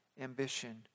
ambition